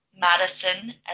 Madison